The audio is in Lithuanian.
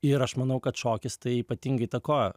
ir aš manau kad šokis tai ypatingai įtakoja